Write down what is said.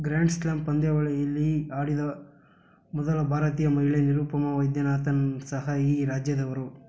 grand slam ಪಂದ್ಯಾವಳಿಯಲ್ಲಿ ಆಡಿದ ಮೊದಲ ಭಾರತೀಯ ಮಹಿಳೆ ನಿರುಪಮಾ ವೈದ್ಯನಾಥನ್ ಸಹ ಈ ರಾಜ್ಯದವರು